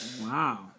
Wow